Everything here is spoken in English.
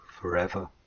forever